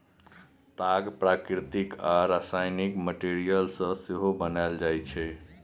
ताग प्राकृतिक आ रासायनिक मैटीरियल सँ सेहो बनाएल जाइ छै